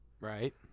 right